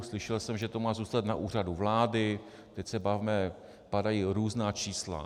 Slyšel jsem, že to má zůstat na Úřadu vlády, teď padají různá čísla.